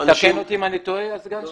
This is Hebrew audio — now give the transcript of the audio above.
תקן אותי אם אני טועה, הסגן שלי.